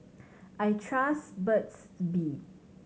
I trust Burt's Bee